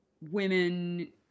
women